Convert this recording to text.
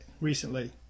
recently